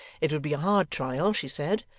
it would be a hard trial, she said,